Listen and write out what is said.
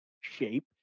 shape